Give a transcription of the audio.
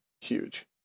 huge